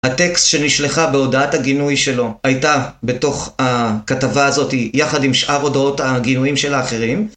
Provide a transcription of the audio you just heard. הטקסט שנשלחה בהודעת הגינוי שלו הייתה בתוך הכתבה הזאתי יחד עם שאר הודעות הגינויים של האחרים.